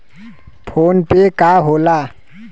PhonePe का होला?